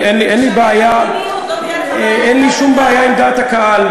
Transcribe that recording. אז זאת הסיבה שיש לך בעיה עם דעת הקהל.